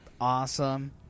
awesome